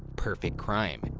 perfect crime,